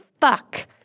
fuck